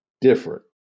different